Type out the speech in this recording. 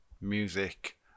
music